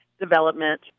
development